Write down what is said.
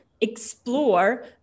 explore